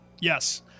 Yes